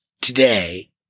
today